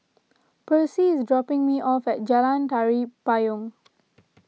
Percy is dropping me off at Jalan Tari Payong